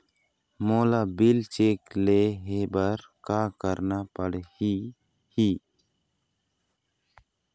मोला bill check ले हे बर का करना पड़ही ही?